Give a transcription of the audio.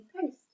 post